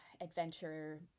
adventure